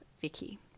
Vicky